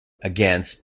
against